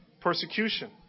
persecution